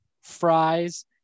fries